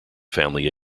family